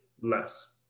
less